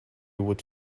would